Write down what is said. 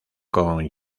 con